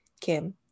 Kim